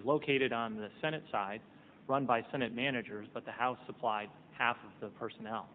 was located on the senate side run by senate managers but the house supplied half the personnel